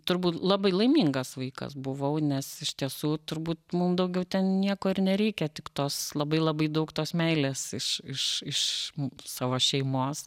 turbūt labai laimingas vaikas buvau nes iš tiesų turbūt mum daugiau ten nieko ir nereikia tik tos labai labai daug tos meilės iš iš iš savo šeimos